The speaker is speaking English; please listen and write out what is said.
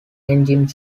engine